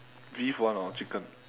beef [one] or chicken